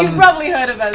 probably heard of us.